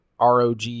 ROG